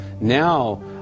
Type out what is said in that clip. now